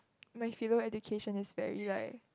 my philo education is very like